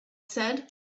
said